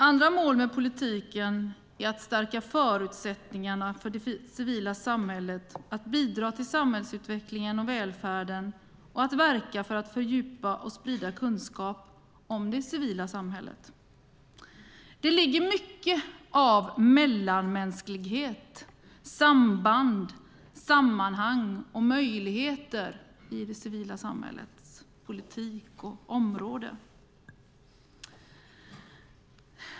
Andra mål med politiken är att stärka förutsättningarna för det civila samhället, att bidra till samhällsutvecklingen och välfärden och att verka för att fördjupa och sprida kunskap om det civila samhället. Det ligger mycket av mellanmänsklighet, samband, sammanhang och möjligheter i det civila samhällets politik och på det området.